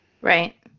Right